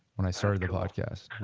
when i started the podcast and